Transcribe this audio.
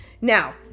Now